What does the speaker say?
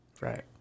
Right